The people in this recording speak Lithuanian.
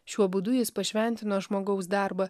šiuo būdu jis pašventino žmogaus darbą